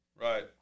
Right